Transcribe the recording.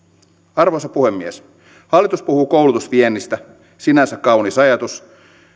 arvoisa puhemies hallitus puhuu koulutusviennistä sinänsä kaunis ajatus